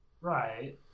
Right